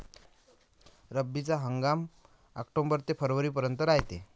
रब्बीचा हंगाम आक्टोबर ते फरवरीपर्यंत रायते